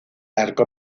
arco